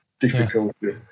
difficulties